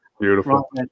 Beautiful